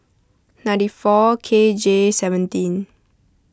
ninety four K J seventeen